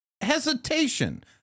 hesitation